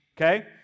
okay